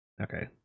Okay